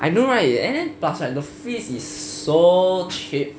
I know right and then plus right the fees is so cheap